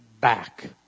back